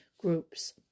groups